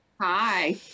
Hi